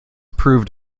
proved